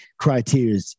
criteria